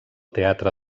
teatre